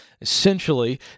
essentially